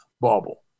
bubble